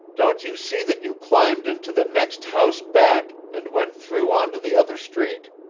don't you see that you climbed into the next house back, and went through on to the other street?